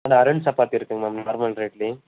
madam Arun chapati இருக்குங்க ma'am normal ரேட்லையே